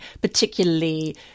particularly